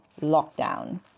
lockdown